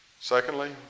Secondly